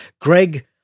Greg